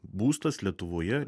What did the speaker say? būstas lietuvoje